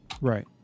Right